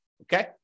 okay